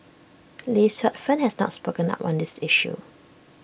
lee Suet Fern has not spoken up on this issue